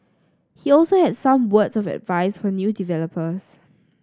he also had some words of advice for new developers